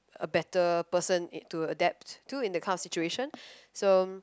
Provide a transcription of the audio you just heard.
a better person to adapt to in that kind of situation